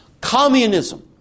communism